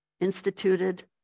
instituted